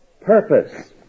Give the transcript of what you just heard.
purpose